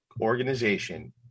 organization